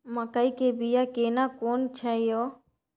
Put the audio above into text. मकई के बिया केना कोन छै यो?